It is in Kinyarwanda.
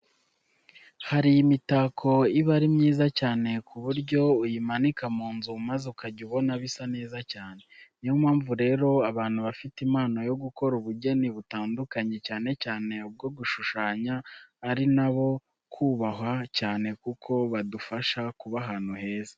Hari imitako iba ari myiza cyane ku buryo uyimanika mu nzu maze ukajya ubona bisa neza cyane. Niyo mpamvu rero abantu bafite impano yo gukora ubugeni butandukanye, cyane cyane ubwo gushushyanya ari abo kubahwa cyane kuko badufasha kuba ahantu heza.